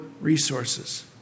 resources